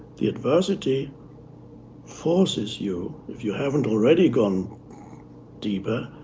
the adversity forces you, if you haven't already gone deeper,